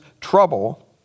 trouble